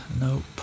nope